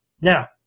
Now